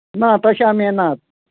ना तशे आमी येनात